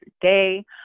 day